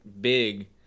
big